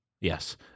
Yes